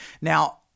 Now